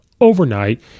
overnight